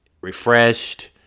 refreshed